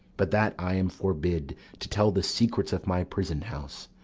but that i am forbid to tell the secrets of my prison-house,